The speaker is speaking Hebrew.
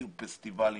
עיר פסטיבלים,